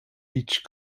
each